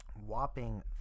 whopping